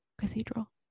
Cathedral